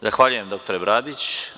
Zahvaljujem dr Bradić.